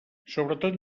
sobretot